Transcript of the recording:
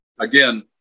again